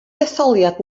detholiad